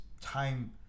time